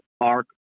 Arc